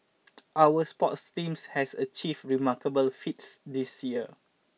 our sports teams has achieved remarkable feats this year